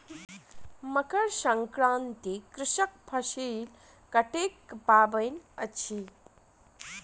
मकर संक्रांति कृषकक फसिल कटै के पाबैन अछि